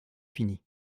fini